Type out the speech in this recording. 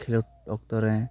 ᱠᱷᱮᱞᱳᱰ ᱚᱠᱛᱚ ᱨᱮ